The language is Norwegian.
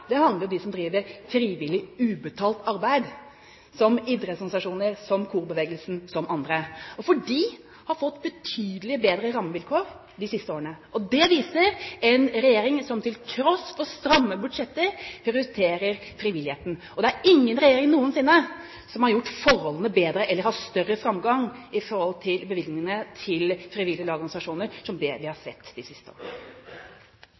handler om dem som driver frivillig, ubetalt arbeid, som idrettsorganisasjoner, som korbevegelsen, som andre, for de har fått betydelig bedre rammevilkår de siste årene. Det viser en regjering som til tross for stramme budsjetter prioriterer frivilligheten. Det er ingen regjering noensinne som har gjort forholdene bedre – eller som har sørget for større framgang i forhold til bevilgningene til frivillige lag og organisasjoner – enn det vi har